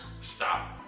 Stop